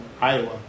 Iowa